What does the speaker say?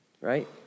right